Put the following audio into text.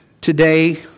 Today